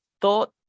thought